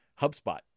HubSpot